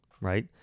right